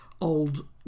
old